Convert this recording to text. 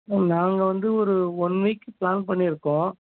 ஆ நாங்கள் வந்து ஒரு ஒன் வீக் ப்ளான் பண்ணியிருக்கோம்